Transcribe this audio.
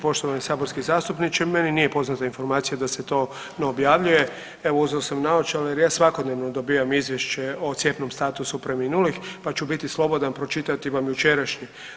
Poštovani saborski zastupniče meni nije poznata informacija da se to ne objavljuje, evo uzeo sam naočale jer ja svakodnevno dobivam izvješće o cijepnom statusu preminulih pa ću biti slobodan pročitati vam jučerašnji.